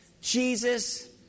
Jesus